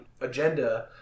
agenda